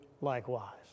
likewise